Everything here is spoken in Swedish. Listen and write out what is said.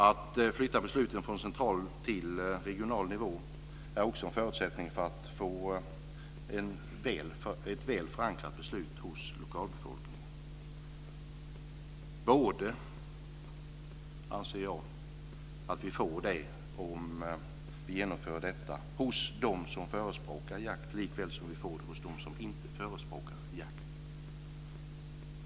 Att flytta besluten från central till regional nivå är också en förutsättning för att få väl förankrade beslut hos lokalbefolkningen. Jag anser att om vi gör detta får vi beslut som är väl förankrade hos dem som förespråkar jakt likväl som hos dem som inte förespråkar jakt.